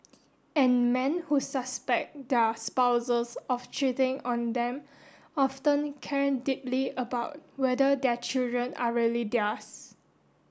and men who suspect their spouses of cheating on them often care deeply about whether their children are really theirs